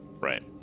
Right